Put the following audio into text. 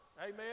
amen